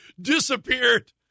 disappeared